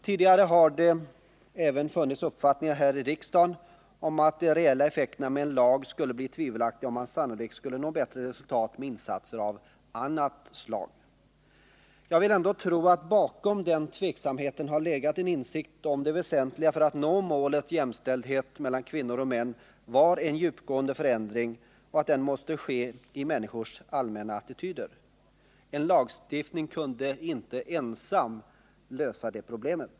Tidigare har det även funnits uppfattningar här i riksdagen om att de reella effekterna med en lag skulle bli tvivelaktiga och att man sannolikt skulle nå bättre resultat med insatser av annat slag. Jag vill ändå tro att det bakom denna tveksamhet har legat en insikt om att det väsentliga för att nå målet jämställdhet mellan kvinnor och män var att en djupgående förändring måste ske i människornas allmänna attityder. En lagstiftning kunde inte ensam lösa det problemet.